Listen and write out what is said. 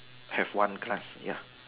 have one glass ya